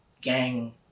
gang